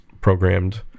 programmed